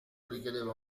richiedeva